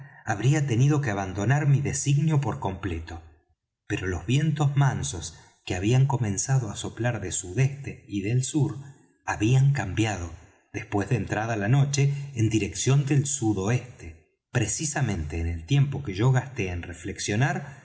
habría tenido que abandonar mi designio por completo pero los vientos mansos que habían comenzado á soplar de sudeste y del sur habían cambiado después de entrada la noche en dirección del sudoeste precisamente en el tiempo que yo gasté en reflexionar